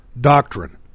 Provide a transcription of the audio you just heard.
doctrine